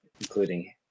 including